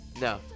No